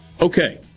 okay